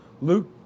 Luke